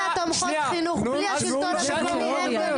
אני שמח מאוד שאתה מבהיר לוועדה שברמת השטח הדברים מתנהלים בצורה